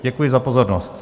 Děkuji za pozornost.